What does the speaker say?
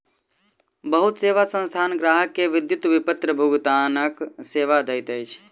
बहुत सेवा संस्थान ग्राहक के विद्युत विपत्र भुगतानक सेवा दैत अछि